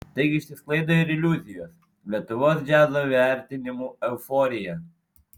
taigi išsisklaido ir iliuzijos lietuvos džiazo vertinimų euforija